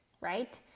right